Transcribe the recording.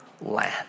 land